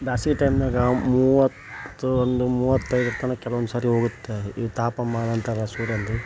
ಬ್ಯಾಸ್ಗಿ ಟೈಮ್ನಾಗ ಮೂವತ್ತು ಒಂದು ಮೂವತ್ತೈದು ತನಕ ಕೆಲವೊಂದು ಸರಿ ಹೋಗುತ್ತೆ ಈ ತಾಪಮಾನ ಅಂತಾರೆ ಸೂರ್ಯನದು